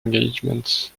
engagement